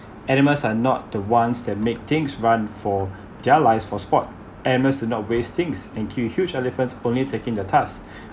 animals are not the ones that make things run for their lives for sport animals do not waste things and kill huge elephants only taking the tusk